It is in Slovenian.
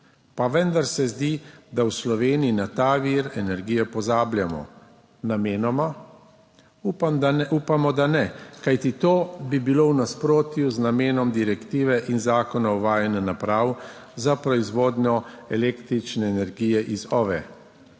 pa vendar se zdi, da v Sloveniji na ta vir energije pozabljamo. Namenoma? Upam, da ne, kajti to bi bilo v nasprotju z namenom direktive in zakonom o uvajanju naprav za proizvodnjo električne energije iz OVE.